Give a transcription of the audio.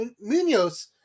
Munoz